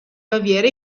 baviera